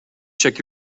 check